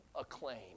acclaim